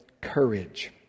courage